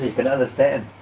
you can understand